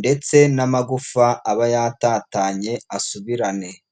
ndetse n'amagufa aba yatatanye asubirane.